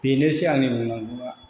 बेनोसै आंनि बुंनांगौआ